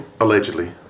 Allegedly